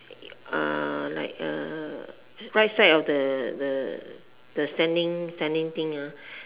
uh like a right side of the the the standing standing thing